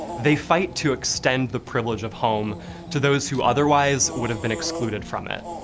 they fight to extend the privilege of home to those who otherwise would've been excluded from it.